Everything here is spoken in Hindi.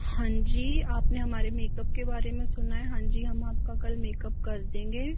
हाँ जी आपने हमारे मेकअप के बारे में सुना है हाँ जी हम आपका कल मेकअप कर देंगे